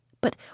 But